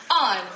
On